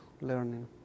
learning